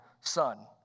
son